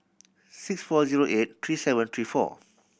six four zero eight three seven three four